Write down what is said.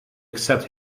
accept